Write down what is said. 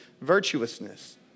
virtuousness